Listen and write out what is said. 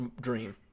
dream